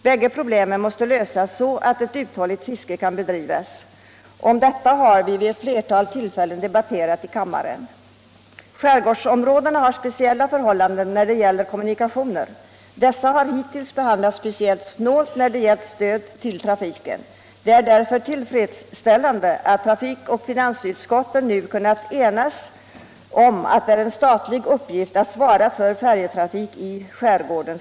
Bägge problemen måste lösas så att ett uthålligt fiske kan bedrivas. Detta har vi vid ett flertal tillfällen debatterat här i kammaren. Skärgårdsområdena har speciella förhållanden när det gäller kommunikationer. Dessa har hittills behandlats speciellt snålt när det gäller stöd till trafiken. Det är därför tillfredsställande att trafikoch jordbruksutskotten kunnat enas om att det är en statlig uppgift att svara för färjetrafik i skärgården.